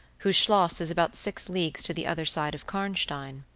whose schloss is about six leagues to the other side of karnstein.